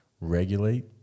Regulate